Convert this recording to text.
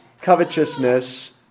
covetousness